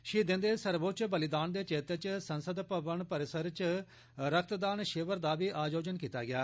शहीदें दे सर्वोच्च बलिदान दे चेत्ते च संसद भवन परिसर च रक्तदान शिविर दा बी आयोजन कीता गेआ